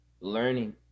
learning